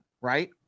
Right